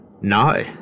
No